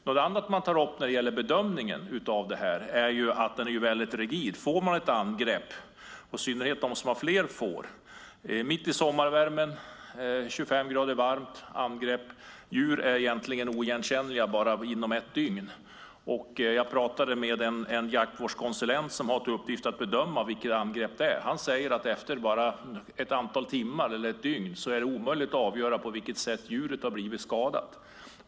Något annat man tar opp är att bedömningen är väldigt rigid. Det gäller i synnerhet dem som har får. Man kan få ett angrepp mitt i sommarvärmen när det är 25 grader varmt. Djur är egentligen oigenkännliga bara inom ett dygn. Jag pratade med en jaktvårdskonsulent som har till uppgift att bedöma vad slags angrepp det är. Han säger att det efter bara ett antal timmar eller ett dygn är omöjligt att avgöra på vilket sätt djuret har blivit skadat.